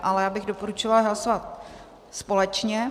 Ale já bych doporučovala je hlasovat společně.